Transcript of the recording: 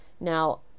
Now